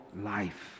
life